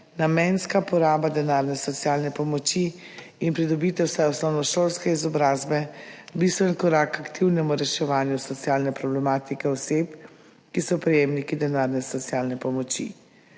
namenska poraba denarne socialne pomoči in pridobitev vsaj osnovnošolske izobrazbe bistven korak k aktivnemu reševanju socialne problematike oseb, ki so prejemniki denarne socialne pomoči.